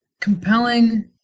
compelling